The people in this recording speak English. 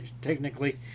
technically